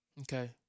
Okay